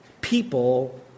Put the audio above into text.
people